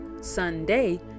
Sunday